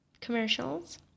commercials